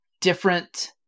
different